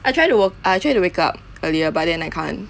I tried to woke I tried to wake up earlier but then I can't